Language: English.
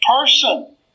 person